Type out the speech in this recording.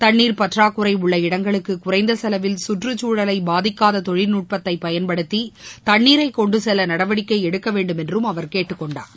தண்ணீர் பற்றாக்குறை உள்ள இடங்களுக்கு குறைந்த செலவில் சுற்றுச்சூழலை பாதிக்காத தொழில் நுட்பத்தை பயன்படுத்தி தண்ணீரை கொண்டு கெல்ல நடவடிக்கை எடுக்கவேண்டும் என்றும் திரு நிதின் கட்கரி கேட்டுக்கொண்டார்